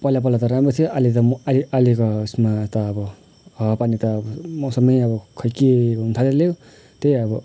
पहिला पहिला त राम्रो थियो अहिले त म अहिले त अहिलेको उयेसमा त अब हावापानी त मौसमै अब खै के हुनथाल्यो त्यही अब